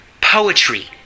poetry